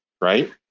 right